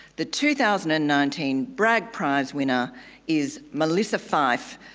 the two thousand and nineteen bragg prize winner is melissa fyfe.